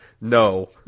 No